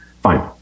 Fine